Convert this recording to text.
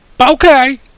okay